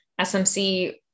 smc